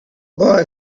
boy